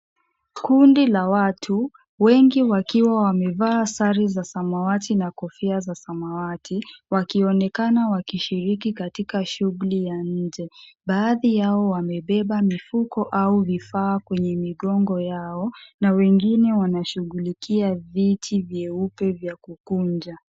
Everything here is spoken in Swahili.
Kundi la watu wengi wakiwa wamevaa sare za samawati na kofia za samawati wakionekana wakishiriki katika shughuli ya nje. Baadhi yao wamebeba mifuko au vifaa kwenye migongo yao na wengine wanashughulikia viti vyeupe vya kukunja.